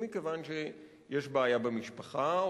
אם מכיוון שיש בעיה במשפחה,